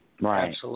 right